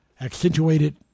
accentuated